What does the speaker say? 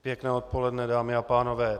Pěkné odpoledne, dámy a pánové.